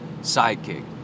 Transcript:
sidekick